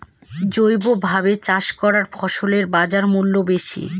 জৈবভাবে চাষ করা ফসলের বাজারমূল্য বেশি